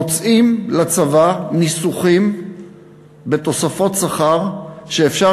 מוצאים לצבא ניסוחים בתוספות שכר שאפשר